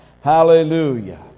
Hallelujah